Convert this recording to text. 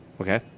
Okay